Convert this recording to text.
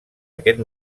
aquest